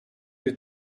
you